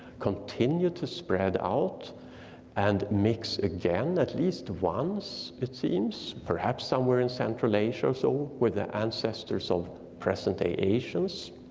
continue to spread out and mix again at least once it seems, perhaps somewhere in central asia, so with the ancestors of present day asians.